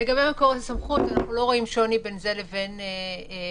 לגבי מקור הסמכות אנחנו לא רואים שוני בין זה לבין מסחר.